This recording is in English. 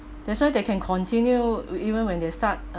that's why they can continue we even when they start